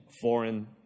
foreign